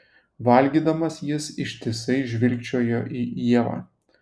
valgydamas jis ištisai žvilgčiojo į ievą